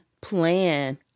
plan